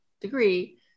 degree